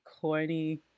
corny